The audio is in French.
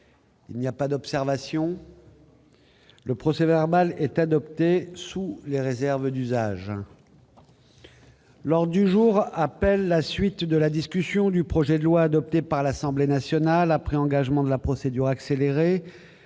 Il n'y a pas d'observation ?... Le procès-verbal est adopté sous les réserves d'usage. L'ordre du jour appelle la suite de la discussion du projet de loi, adopté par l'Assemblée nationale après engagement de la procédure accélérée,